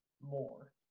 more